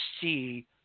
see